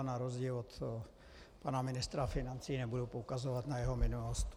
Na rozdíl od pana ministra financí nebudu poukazovat na jeho minulost.